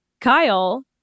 Kyle